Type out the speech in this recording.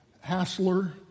Hassler